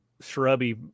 shrubby